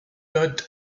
todd